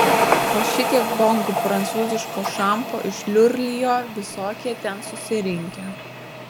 o šitiek bonkų prancūziško šampo išliurlijo visokie ten susirinkę